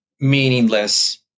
meaningless